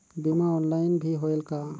बीमा ऑनलाइन भी होयल का?